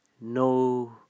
no